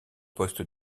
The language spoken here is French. poste